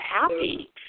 happy